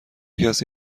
کسی